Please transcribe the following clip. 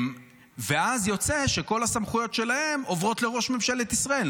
ואז יוצא שכל הסמכויות שלהם עוברות לראש ממשלת ישראל,